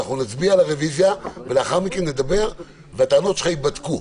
אנחנו נצביע על הרוויזיה ולאחר מכן נדבר והטענות שלך ייבדקו.